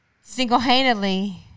single-handedly